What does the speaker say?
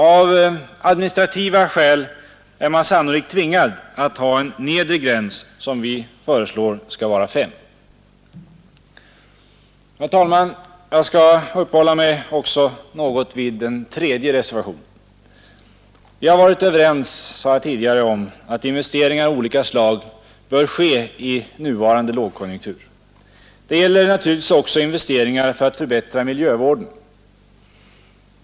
Av administrativa skäl är man sannolikt tvingad att ha en nedre gräns som vi föreslår skall vara fem. Herr talman! Jag skall uppehålla mig något också vid reservationen 3. Vi har, sade jag tidigare, varit överens om att investeringar av olika slag bör ske i nuvarande lågkonjunktur. Det gäller naturligtvis också investeringar för att förbättra miljövården.